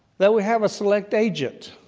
that we have a select agent